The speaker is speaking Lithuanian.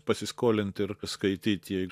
pasiskolint ir skaityt jei